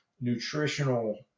nutritional